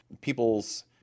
people's